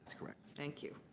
correct. thank you.